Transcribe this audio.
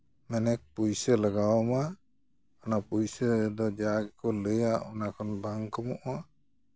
ᱢᱟᱱᱮ ᱯᱩᱭᱥᱟᱹ ᱞᱟᱜᱟᱣ ᱟᱢᱟ ᱚᱱᱟ ᱯᱩᱭᱥᱟᱹ ᱫᱚ ᱡᱟ ᱜᱮᱠᱚ ᱞᱟᱹᱭᱟ ᱚᱱᱟ ᱠᱷᱚᱱ ᱵᱟᱝ ᱠᱚᱢᱚᱜᱼᱟ